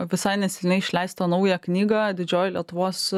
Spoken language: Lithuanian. visai neseniai išleistą naują knygą didžioji lietuvos